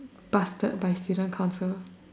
busted by student council